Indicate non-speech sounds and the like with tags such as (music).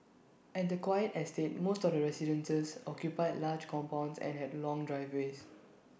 at the quiet estate most of the residences occupied large compounds and had long driveways (noise)